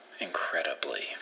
incredibly